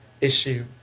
issue